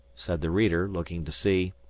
said the reader, looking to see.